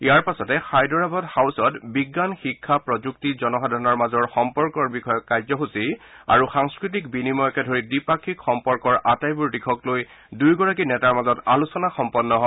ইয়াৰ পাছতে হায়দৰাবাদ হাউচত বিজ্ঞান শিক্ষা প্ৰযুক্তি জনসাধাৰণৰ মাজৰ সম্পৰ্ক বিষয়ক কাৰ্যসূচী আৰু সাংস্কৃতিক বিনিময়কে ধৰি দ্বিপাক্ষিক সম্পৰ্কৰ আটাইবোৰ দিশক লৈ দুয়োগৰাকী নেতাৰ মাজত আলোচনা সম্পন্ন হয়